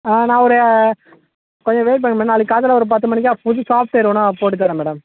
நான் ஒரு கொஞ்சம் வெயிட் பண்ணுங்கள் மேடம் நாளைக்கி காத்தால ஒரு பத்து மணிக்கா புது சாஃப்ட்வேர் வேணா போட்டு தரேன் மேடம்